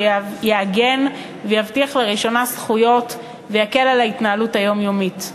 שיעגן ויבטיח לראשונה זכויות ויקל את ההתנהלות היומיומית.